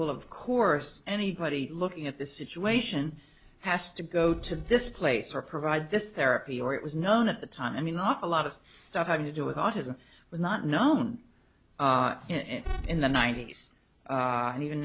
will of course anybody looking at the situation has to go to this place or provide this therapy or it was known at the time i mean awful lot of stuff having to do with autism was not known and in the ninety's and even